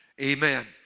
Amen